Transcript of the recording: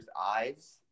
eyes